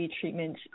treatment